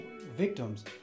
victims